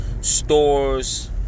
stores